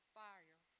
fire